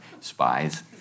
spies